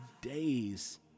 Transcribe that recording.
days